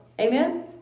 Amen